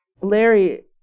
Larry